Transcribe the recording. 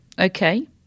okay